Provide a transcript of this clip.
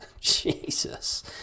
Jesus